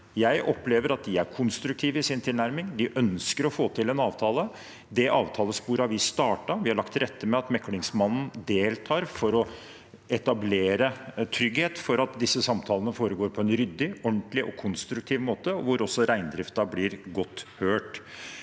Jeg opplever at de er konstruktive i sin tilnærming. De ønsker å få til en avtale. Det avtalesporet har vi startet. Vi har lagt til rette for at riksmekleren deltar, for å etablere trygghet for at samtalene foregår på en ryddig, ordentlig og konstruktiv måte, hvor også reindriften blir godt hørt.